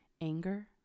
anger